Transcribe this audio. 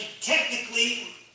technically